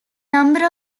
number